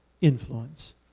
influence